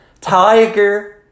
Tiger